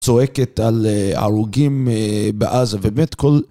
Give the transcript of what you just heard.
צועקת על הרוגים בעזה, באמת כל..